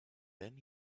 then